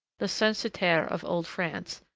the censitaire of old france,